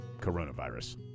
coronavirus